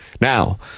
Now